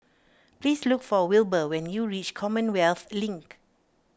please look for Wilber when you reach Commonwealth Link